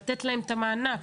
לתת להם את המענק.